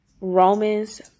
Romans